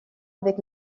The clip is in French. avec